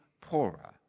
poorer